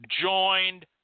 joined